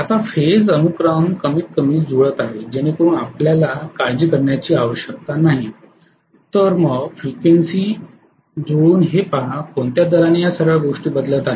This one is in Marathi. आता फेझं अनुक्रम कमीतकमी जुळत आहे जेणेकरून आपल्याला काळजी करण्याची आवश्यकता नाही तर मग फ्रिक्वेन्सी शी जुळवून हे पहा कोणत्या दराने या सर्व गोष्टी बदलत आहेत